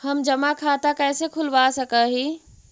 हम जमा खाता कैसे खुलवा सक ही?